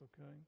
okay